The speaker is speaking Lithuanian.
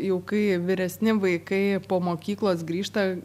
jau kai vyresni vaikai po mokyklos grįžta